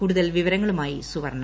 കൂടുതൽ വിവരങ്ങളുമായി സുവർണ